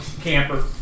Camper